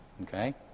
Okay